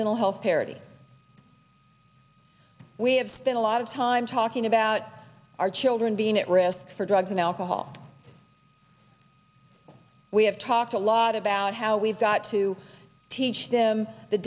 mental health parity we have spent a lot of time talking about our children being at risk for drugs and alcohol we have talked a lot about how we've got to teach them the